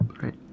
Right